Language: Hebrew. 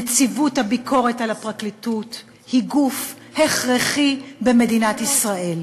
נציבות הביקורת על הפרקליטות היא גוף הכרחי במדינת ישראל.